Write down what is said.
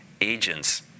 agents